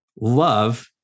love